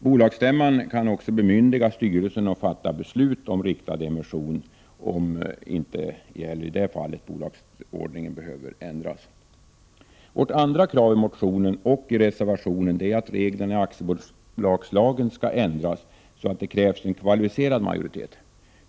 Bolagsstämman kan också bemyndiga styrelsen att fatta beslut om riktad emission, även i det fallet under förutsättning att bolagsordningen inte behöver ändras. Vårt andra krav i motionen och i reservationen är att reglerna i aktiebolagslagen skall ändras så att det krävs en kvalificerad majoritet.